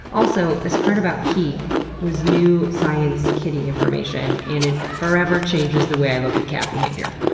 also, this part about heat was new science kitty information and it forever changes the way i look at cat behavior.